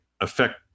affect